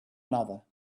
another